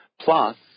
Plus